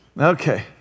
Okay